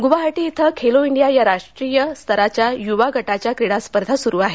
ग्वाहाटी इथं खेलो इंडिया या राष्ट्रीय स्तराच्या युवा गटाच्या क्रीडा स्पर्धा सुरू आहेत